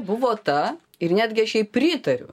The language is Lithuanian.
buvo ta ir netgi aš jai pritariu